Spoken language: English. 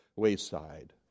Wayside